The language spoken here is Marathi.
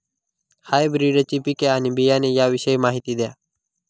हायब्रिडची पिके आणि बियाणे याविषयी माहिती द्या